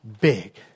big